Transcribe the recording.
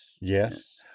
Yes